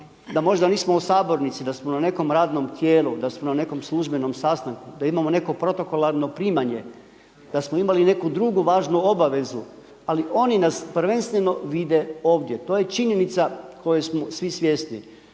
da možda nismo u sabornici da smo na nekom radnom tijelu, da smo na nekom službenom sastanku, da imamo neko protokolarno primanje, da smo imali neku drugu važnu obavezu ali oni nas prvenstveno vide ovdje, to je činjenica koje smo svi svjesni.